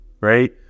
right